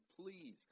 please